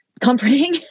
comforting